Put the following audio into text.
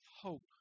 hope